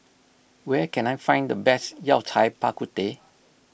where can I find the best Yao Cai Bak Kut Teh